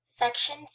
section